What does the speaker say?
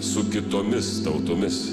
su kitomis tautomis